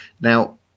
Now